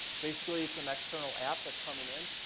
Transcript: basically it's an external app that's coming in,